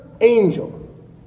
angel